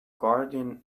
guardian